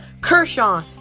Kershaw